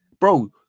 bro